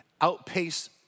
outpace